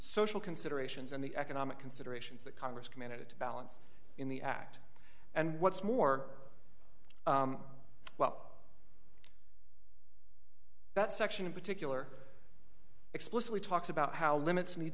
social considerations and the economic considerations that congress committed to balance in the act and what's more well that section in particular explicitly talks about how limits need